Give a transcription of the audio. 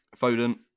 Foden